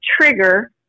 trigger